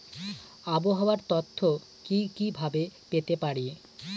আবহাওয়ার তথ্য কি কি ভাবে পেতে পারি?